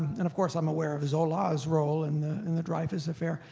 and of course, i'm aware of zola's role in the in the dreyfus affair.